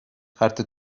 کارت